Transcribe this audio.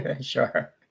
Sure